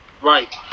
Right